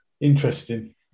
interesting